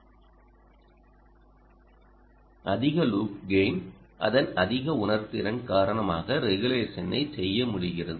அதிக loop gain அதன் அதிக உணர்திறன் காரணமாக ரெகுலேஷனைச் செய்ய முடிகிறது